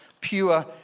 pure